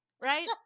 right